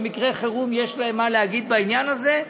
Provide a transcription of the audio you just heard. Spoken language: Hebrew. שבמקרה חירום יש להם מה להגיד בעניין הזה,